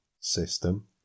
system